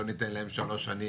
לא ניתן להם 3 שנים,